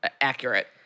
accurate